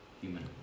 human